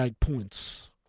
points